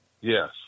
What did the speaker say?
Yes